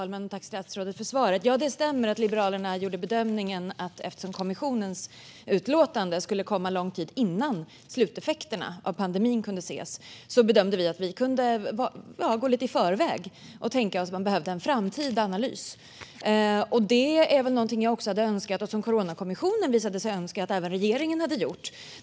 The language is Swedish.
Fru talman! Tack för svaret, statsrådet! Det stämmer att Liberalerna gjorde den bedömningen, eftersom kommissionens utlåtande skulle komma lång tid innan sluteffekterna av pandemin kan ses. Vi ville därför gå lite i förväg och tänkte att man kommer att behöva en framtida analys. Det är något som jag önskar, och som också Coronakommissionen visade sig önska, att även regeringen hade gjort.